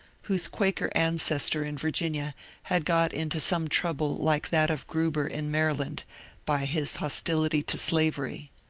whose quaker ancestor in virginia had got into some trouble like that of gruber in maryland by his hostility to slavery.